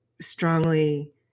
strongly